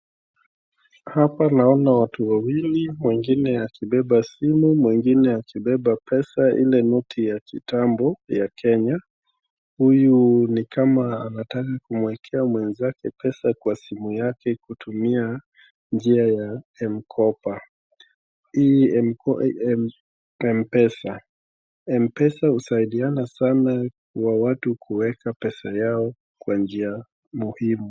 Hapa naona watu wawili, mwingine akibeba simu, mwingine akibeba pesa ile noti ya kitambo ya Kenya, huyu ni kama anataka kumwekea mwenzake pesa kwa simu yake kutumia njia ya M-kopa, hii m-pesa, M-pesa husaidiana sana kwa watu kuweka pesa yao kwa njia muhimu.